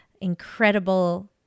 incredible